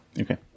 Okay